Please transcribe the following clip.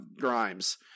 Grimes